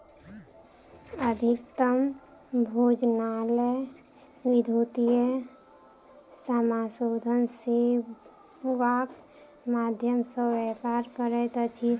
अधिकतम भोजनालय विद्युतीय समाशोधन सेवाक माध्यम सॅ व्यापार करैत अछि